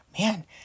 man